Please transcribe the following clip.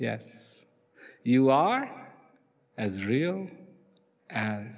yes you are as real a